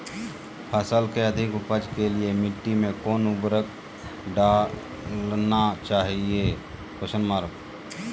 फसल के अधिक उपज के लिए मिट्टी मे कौन उर्वरक डलना चाइए?